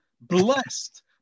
blessed